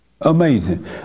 Amazing